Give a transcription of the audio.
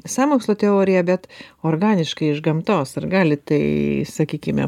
sąmokslo teoriją bet organiškai iš gamtos ar gali tai sakykime